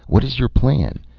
what is your plan?